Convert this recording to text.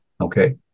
Okay